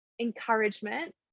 encouragement